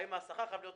האם השכר חייב להיות